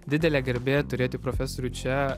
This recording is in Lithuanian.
didelė garbė turėti profesorių čia